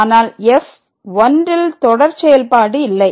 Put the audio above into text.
அதனால் f 1ல் தொடர் செயல்பாடு இல்லை